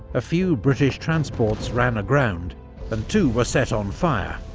a few british transports ran aground and two were set on fire,